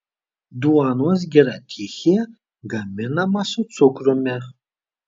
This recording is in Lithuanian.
duonos gira tichė gaminama su cukrumi